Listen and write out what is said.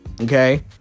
okay